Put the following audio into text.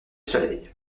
soleil